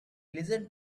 listened